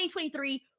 2023